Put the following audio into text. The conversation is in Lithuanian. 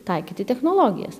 taikyti technologijas